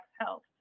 health